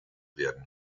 werden